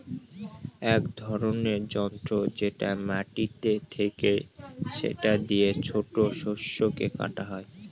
এক ধরনের যন্ত্র যেটা মাটিতে থাকে সেটা দিয়ে ছোট শস্যকে কাটা হয়